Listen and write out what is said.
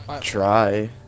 try